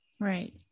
right